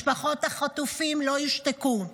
משפחות החטופים לא יושתקו.